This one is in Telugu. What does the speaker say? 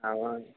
అవును